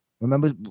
Remember